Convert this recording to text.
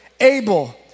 Abel